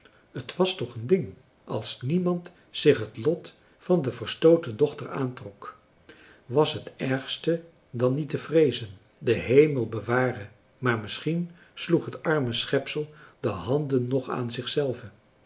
het was toch een ding als niemand zich het lot van de verstooten dochter aantrok was het ergste dan niet te vreezen de hemel beware maar misschien sloeg het arme schepsel de handen nog aan